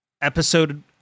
episode